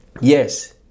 yes